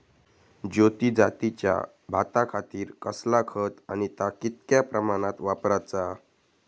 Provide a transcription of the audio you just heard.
ज्योती जातीच्या भाताखातीर कसला खत आणि ता कितक्या प्रमाणात वापराचा?